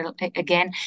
again